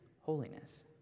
holiness